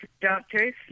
Doctors